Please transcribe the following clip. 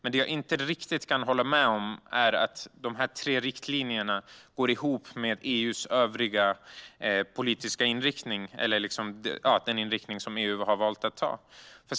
Men jag kan inte riktigt hålla med om att de tre riktlinjerna överensstämmer med EU:s övriga politiska inriktning.